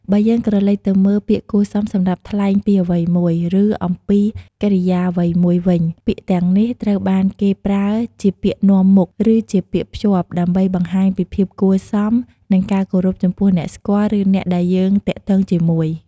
បើយើងក្រឡេកទៅមើល ពាក្យគួរសមសម្រាប់ថ្លែងពីអ្វីមួយ ឬអំពីកិរិយាអ្វីមួយវិញ ពាក្យទាំងនេះត្រូវបានគេប្រើជាពាក្យនាំមុខ ឬជាពាក្យភ្ជាប់ ដើម្បីបង្ហាញពីភាពគួរសម និងការគោរពចំពោះអ្នកស្តាប់ ឬអ្នកដែលយើងទាក់ទងជាមួយ។